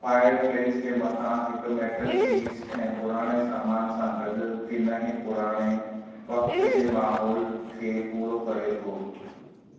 fire place जे मथां हिकु मेटल पीस ऐं पुराणे सामान सां गॾु किन्हनि पुराणे वक़्त जे माहौल खे पूरो करे थो